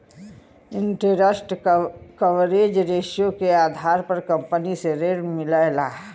interest coverage ratio के आधार पर कंपनी के ऋण मिलला